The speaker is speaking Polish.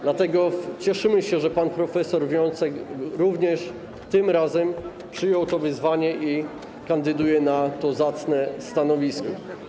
Dlatego cieszymy się, że pan prof. Wiącek również tym razem podjął wyzwanie i kandyduje na to zacne stanowisko.